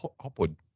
Hopwood